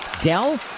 Dell